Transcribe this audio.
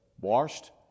washed